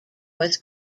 was